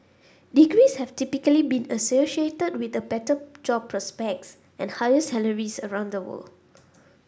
degrees have typically been associated with better job prospects and higher salaries around the world